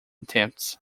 attempts